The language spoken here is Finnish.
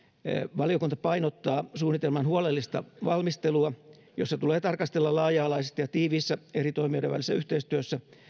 valiokunta painottaa suunnitelman huolellista valmistelua jossa tulee tarkastella laaja alaisesti ja tiiviissä eri toimijoiden välisessä yhteistyössä